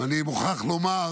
ואני מוכרח לומר